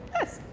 yes!